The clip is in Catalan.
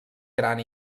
gran